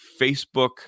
facebook